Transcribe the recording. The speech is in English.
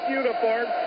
uniform